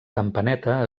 campaneta